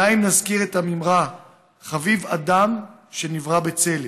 די אם נזכיר את המימרה "חביב אדם שנברא בצלם",